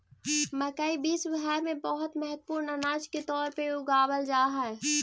मकई विश्व भर में बहुत महत्वपूर्ण अनाज के तौर पर उगावल जा हई